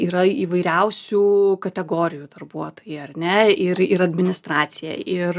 yra įvairiausių kategorijų darbuotojai ar ne ir ir administracija ir